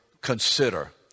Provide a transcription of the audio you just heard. consider